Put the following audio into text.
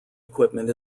equipment